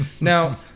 Now